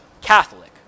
Catholic